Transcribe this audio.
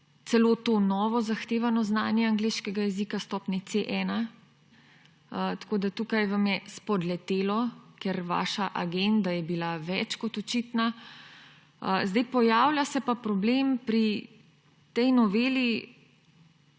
celo to novo zahtevano znanje angleškega jezika stopne C1. Tukaj vam je spodletelo, ker vaša agenda je bila več kot očitna. Pojavlja se pa problem pri tej noveli